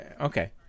okay